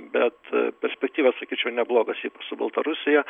bet perspektyvos sakyčiau neblogos ypač su baltarusija